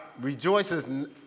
Rejoices